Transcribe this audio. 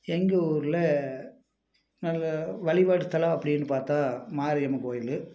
எங்கள் ஊரில் நல்ல வழிபாட்டுதலம் அப்படின்னு பார்த்தா மாரியம்மன் கோயில்